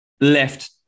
left